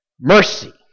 Mercy